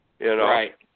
Right